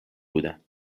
بودم